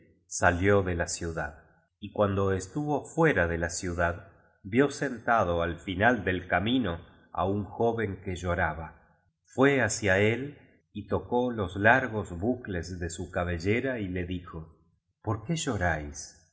salió de la ciudad y cuando estuvo fuera de la ciudad vio sentado al final del camino á un joven que lloraba fué hacia él y tocó los largos bucles de su cabellera y le dijo por qué lloráis